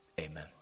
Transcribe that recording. amen